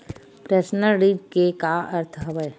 Personal ऋण के का अर्थ हवय?